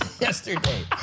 yesterday